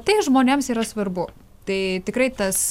tai žmonėms yra svarbu tai tikrai tas